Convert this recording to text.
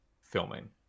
filming